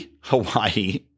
Hawaii